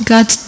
God